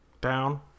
down